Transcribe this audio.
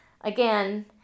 Again